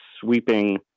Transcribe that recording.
sweeping